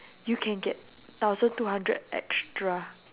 you can get thousand two hundred extra